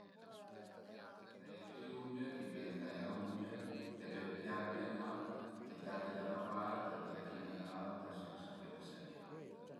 Për taiese i unge, t'i pìe ël taiaunge e pöi pian pianot t'i tache da 'na part e vade fin da l'auta sensa fete sagné